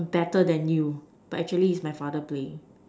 I'm better than you but actually is my father play